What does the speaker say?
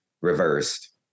reversed